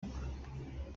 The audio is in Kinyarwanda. muhanga